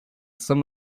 some